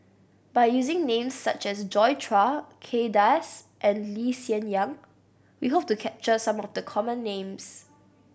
by using names such as Joi Chua Kay Das and Lee Hsien Yang we hope to capture some of the common names